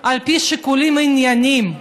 על פי שיקולים ענייניים,